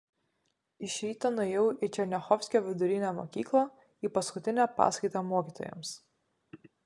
iš ryto nuėjau į černiachovskio vidurinę mokyklą į paskutinę paskaitą mokytojams